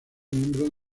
miembro